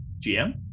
GM